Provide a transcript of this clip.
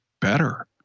better